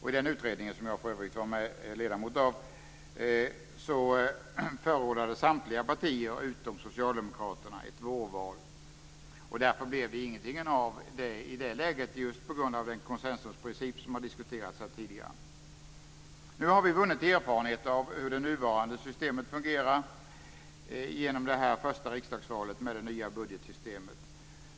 I den utredningen, som jag för övrigt var ledamot av, förordade samtliga partier utom Socialdemokraterna ett vårval. Det blev inget av det i det läget på grund av den konsensusprincip som har diskuterats här tidigare. Nu har vi vunnit erfarenheter av hur det nuvarande systemet fungerar efter det första riksdagsvalet med det nya budgetsystemet.